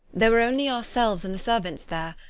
there were only ourselves and the servants there,